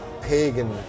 pagan